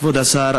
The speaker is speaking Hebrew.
כבוד השר,